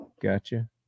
Gotcha